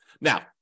Now